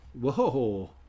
whoa